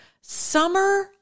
Summer